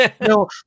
no